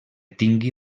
tingui